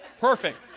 Perfect